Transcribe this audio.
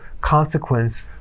consequence